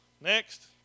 next